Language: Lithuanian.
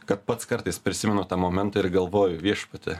kad pats kartais prisimenu tą momentą ir galvoju viešpatie